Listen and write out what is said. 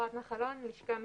אפרת נחלון, לשכה משפטית,